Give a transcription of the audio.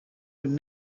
would